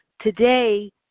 Today